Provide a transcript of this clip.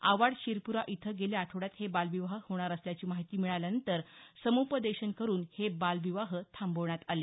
आवाड शिरपूरा इथं गेल्या आठवड्यात हे बालविवाह होणार असल्याची माहिती मिळाल्यानंतर सम्पदेशन करून हे बालविवाह थांबवण्यात आले